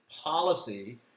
policy